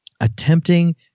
attempting